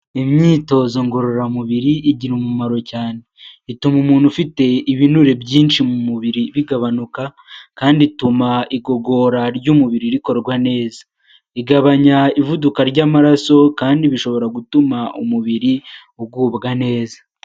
Imyitozo ngororamubiri igira umumaro cyane, ituma umuntu ufite ibinure byinshi mu mubiri bigabanuka kandi ituma igogora ry'umubiri rikorwa neza, igabanya ivuduka ry'amaraso kandi bishobora gutuma umubiri ugubwa neza.